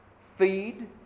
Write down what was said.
feed